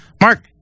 Mark